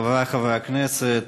חברי חברי הכנסת,